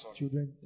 children